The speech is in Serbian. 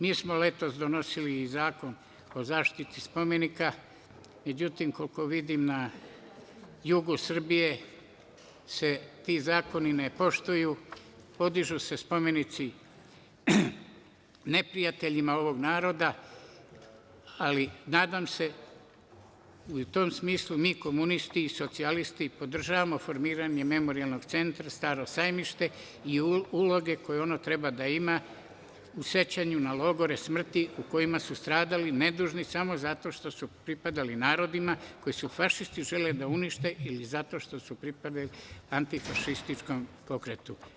Mi smo letos donosili i Zakon o zaštiti spomenika, međutim koliko vidim na jugu Srbije se ti zakoni ne poštuju, podižu se spomenici neprijateljima ovog naroda, ali nadam se, i u tom smislu mi komunisti i socijalisti podržavamo formiranje memorijalnog centra Staro Sajmište i uloge koje ono treba da ima, u sećanju na logore smrti u kojima su stradali nedužni samo zato što su pripadali narodima, koje su fašisti želeli da unište ili zato što su pripadali antifašističkom pokretu.